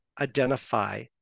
identify